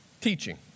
teaching